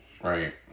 Right